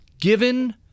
given